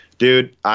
Dude